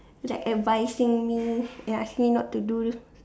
like advising me and asking me not to do